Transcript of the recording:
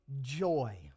joy